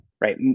Right